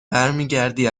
برمیگردی